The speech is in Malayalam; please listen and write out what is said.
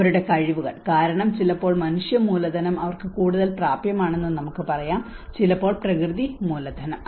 അവരുടെ കഴിവുകൾ കാരണം ചിലപ്പോൾ മനുഷ്യ മൂലധനം അവർക്ക് കൂടുതൽ പ്രാപ്യമാണെന്ന് നമുക്ക് പറയാം ചിലപ്പോൾ പ്രകൃതി മൂലധനം